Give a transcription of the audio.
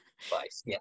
Advice